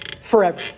forever